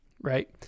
Right